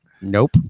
Nope